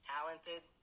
Talented